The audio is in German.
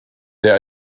der